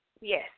yes